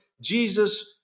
Jesus